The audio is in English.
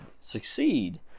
Succeed